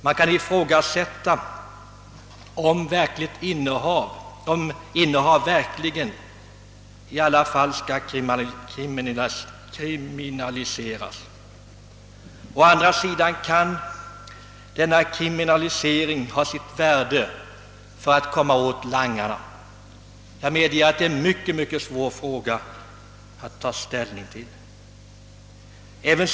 Man kan ifrågasätta om innehav verkligen skall kriminaliseras. Emellertid kan kriminaliseringen ha sitt värde när man söker komma åt langarna. Jag medger att det är mycket svårt att ta ställning till hur man skall göra.